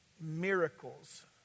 miracles